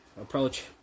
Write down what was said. approach